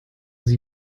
sie